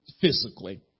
physically